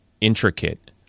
intricate